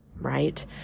Right